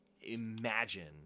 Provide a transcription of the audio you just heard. imagine